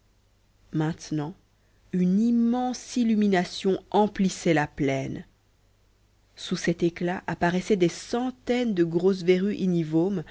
maintenant une immense illumination emplissait la plaine sous cet éclat apparaissaient des centaines de grosses verrues